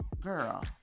girl